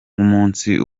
nk’umunsi